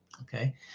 Okay